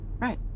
Right